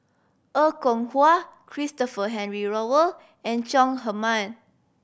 Er Kwong Wah Christopher Henry Rothwell and Chong Heman